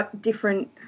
different